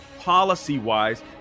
policy-wise